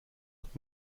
wird